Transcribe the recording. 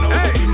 Hey